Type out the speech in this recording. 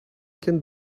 can